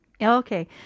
Okay